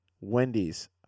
Wendy's